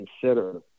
consider